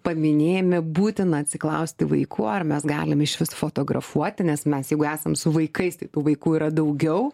paminėjime būtina atsiklausti vaikų ar mes galim išvis fotografuoti nes mes jau esam su vaikais tai tų vaikų yra daugiau